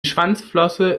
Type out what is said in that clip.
schwanzflosse